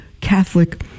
Catholic